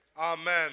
Amen